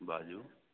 बाजू